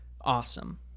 awesome